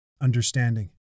understanding